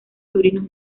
sobrinos